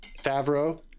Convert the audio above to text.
Favreau